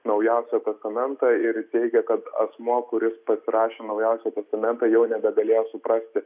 naujausią testamentą ir teigia kad asmuo kuris pasirašė naujausią testamentą jau nebegalėjo suprasti